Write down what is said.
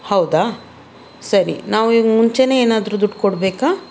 ಹೌದಾ ಸರಿ ನಾವು ಈಗ ಮುಂಚೆಯೇ ಏನಾದ್ರೂ ದುಡ್ಡು ಕೊಡಬೇಕಾ